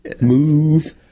move